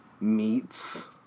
meats